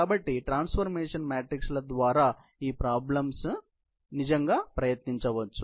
కాబట్టి transformations matrix ల ద్వారా మీరు ఈ ప్రాబ్లమ్స్ నిజంగా ప్రయత్నించవచ్చు